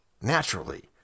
Naturally